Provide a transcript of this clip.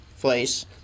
place